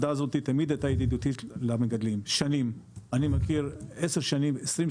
תמיד הייתה ידידותית למגדלים לאורך השנים.